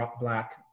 black